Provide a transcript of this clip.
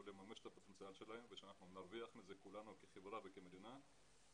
לממש את הפוטנציאל שלהם וכולנו כחברה וכמדינה נצא נשכרים מזה,